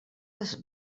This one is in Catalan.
des